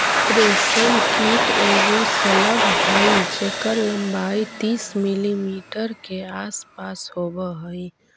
रेशम कीट एगो शलभ हई जेकर लंबाई तीस मिलीमीटर के आसपास होब हई